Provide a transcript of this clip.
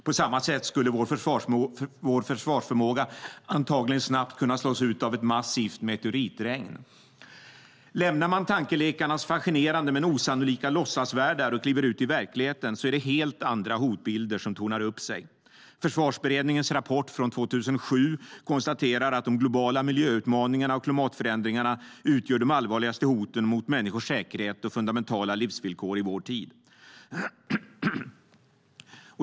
På samma sätt skulle vår försvarsförmåga antagligen snabbt kunna slås ut av ett massivt meteoritregn. När man lämnar tankelekarnas fascinerande men osannolika låtsasvärldar och kliver ut i verkligheten är det helt andra hotbilder som tornar upp sig. Försvarsberedningens rapport från 2007 konstaterar att de globala miljöutmaningarna och klimatförändringarna utgör de allvarligaste hoten mot människornas säkerhet och fundamentala livsvillkor i vår tid.